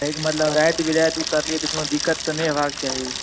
कहै के मतलब राति बिराति उतरलियै तऽ कोनो दिक्कत तऽ नहि होयबाक चाही